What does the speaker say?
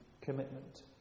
commitment